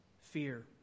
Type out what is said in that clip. fear